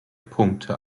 punkte